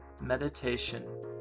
Meditation